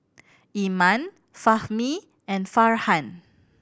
Iman Fahmi and Farhan